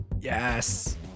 Yes